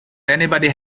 anybody